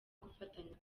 gufatanya